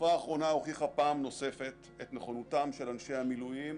עמותת משרתי המילואים